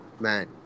man